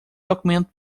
documento